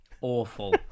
Awful